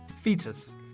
fetus